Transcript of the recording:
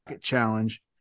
Challenge